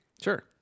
Sure